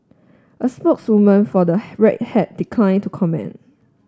a spokeswoman for the Red Hat declined to comment